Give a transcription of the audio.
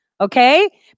okay